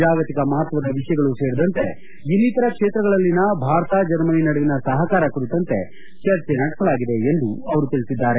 ಜಾಗತಿಕ ಮಹತ್ವದ ವಿಷಯಗಳು ಸೇರಿದಂತೆ ಇನ್ನಿತರ ಕ್ಷೇತ್ರಗಳಲ್ಲಿನ ಭಾರತ ಜರ್ಮನಿ ನಡುವಿನ ಸಹಕಾರ ಕುರಿತಂತೆ ಚರ್ಚೆ ನಡೆಸಲಾಗಿದೆ ಎಂದು ಅವರು ತಿಳಿಸಿದ್ದಾರೆ